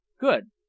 Good